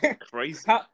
crazy